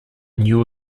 new